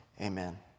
Amen